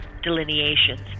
delineations